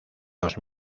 los